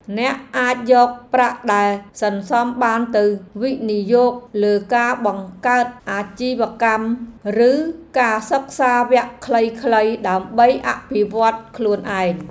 អ្នកអាចយកប្រាក់ដែលសន្សំបានទៅវិនិយោគលើការបង្កើតអាជីវកម្មឬការសិក្សាវគ្គខ្លីៗដើម្បីអភិវឌ្ឍខ្លួនឯង។